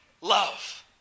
love